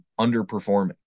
underperforming